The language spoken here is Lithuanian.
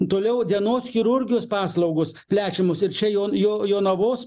toliau dienos chirurgijos paslaugos plečiamos ir čia jo jo jonavos